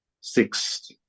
six